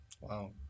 Wow